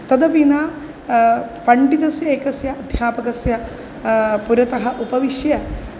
तदपि न पण्डितस्य एकस्य अध्यापकस्य पुरतः उपविश्य